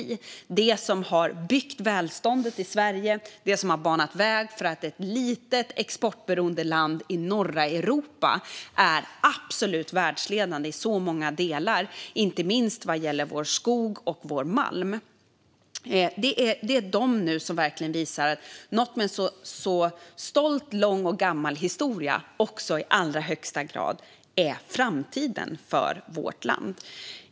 Det är den som har byggt välståndet i Sverige och banat väg för att ett litet, exportberoende land i norra Europa blivit absolut världsledande i så många delar, inte minst vad gäller vår skog och vår malm. Det är de som nu verkligen visar att något med så stolt, lång och gammal historia också i allra högsta grad är framtiden för vårt land.